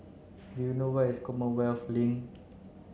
do you know where is Commonwealth Link